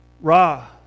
Ra